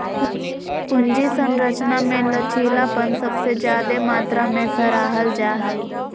पूंजी संरचना मे लचीलापन सबसे ज्यादे मात्रा मे सराहल जा हाई